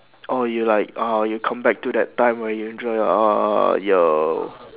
oh you like ah you come back to that time where you enjoy your your